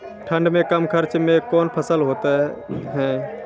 ठंड मे कम खर्च मे कौन फसल होते हैं?